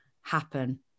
happen